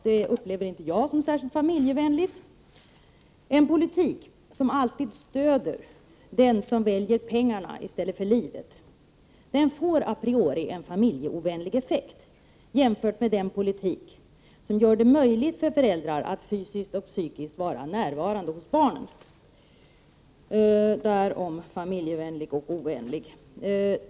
Det uppfattar inte jag som särskilt familjevänligt. En politik som alltid stöder den som väljer pengarna i stället för livet får a priori en familjeovänlig effekt jämfört med den politik som gör det möjligt för föräldrar att fysiskt och psykiskt vara närvarande hos barnen. Detta om familjevänligt och ovänligt.